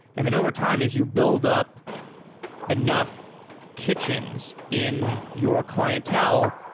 and then over-time, as you build up enough kitchens in your clientele,